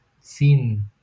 seen